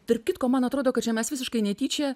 tarp kitko man atrodo kad čia mes visiškai netyčia